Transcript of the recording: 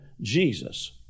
Jesus